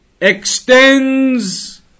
extends